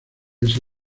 ese